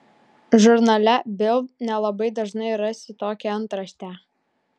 žurnale bild nelabai dažnai rasi tokią antraštę